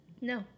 No